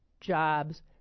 jobs